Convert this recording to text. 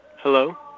Hello